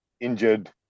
injured